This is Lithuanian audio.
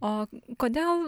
o kodėl